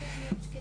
מה זה פניות שקטות?